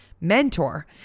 mentor